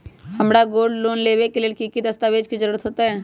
हमरा gold loan लेबे के लेल कि कि दस्ताबेज के जरूरत होयेत?